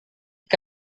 que